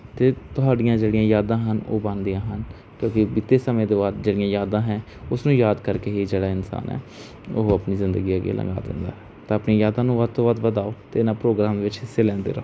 ਤੇ ਤੁਹਾਡੀਆਂ ਜਿਹੜੀਆਂ ਯਾਦਾਂ ਹਨ ਉਹ ਬਣਦੀਆਂ ਹਨ ਕਦੇ ਬੀਤੇ ਸਮੇਂ ਤੋਂ ਬਾਅਦ ਜਿਹੜੀਆਂ ਯਾਦਾਂ ਹੈ ਉਸ ਨੂੰ ਯਾਦ ਕਰਕੇ ਹੀ ਜਿਹੜਾ ਇਨਸਾਨ ਹੈ ਉਹ ਆਪਣੀ ਜਿੰਦਗੀ ਜਿਹੜੀ ਉਹ ਲੰਘਾ ਲੈਂਦਾ ਹੈ ਤਾਂ ਆਪਣੀ ਯਾਦਾਂ ਨੂੰ ਵੱਧ ਤੋਂ ਵੱਧ ਵਧਾਓ ਤੇ ਇਹਨਾਂ ਪ੍ਰੋਗਰਾਮ ਵਿੱਚ ਹਿੱਸੇ ਲੈਂਦੇ ਰਹੋ